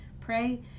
pray